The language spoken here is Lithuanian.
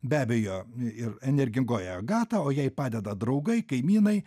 be abejo ir energingoji agata o jai padeda draugai kaimynai